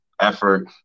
effort